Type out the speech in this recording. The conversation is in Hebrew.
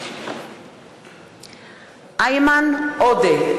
מתחייב אני איימן עודה,